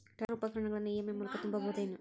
Tractor ಉಪಕರಣಗಳನ್ನು EMI ಮೂಲಕ ತುಂಬಬಹುದ ಏನ್?